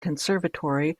conservatory